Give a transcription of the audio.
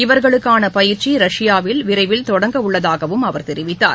இவர்களுக்கான பயிற்சி ரஷ்யாவில் விரைவில் தொடங்க உள்ளதாகவம் அவர் தெரிவித்தார்